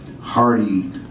Hardy